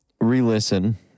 re-listen